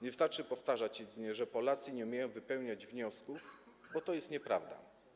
Nie wystarczy powtarzać jedynie, że Polacy nie umieją wypełniać wniosków, bo to jest nieprawda.